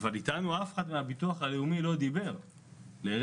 אבל איתנו אף אחד מהביטוח הלאומי לא דיבר לרגע.